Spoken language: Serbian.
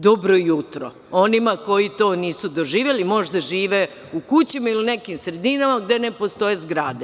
Dobro jutro onima koji to nisu doživeli, možda žive u kućama ili u nekim sredinama gde ne postoje zgrade.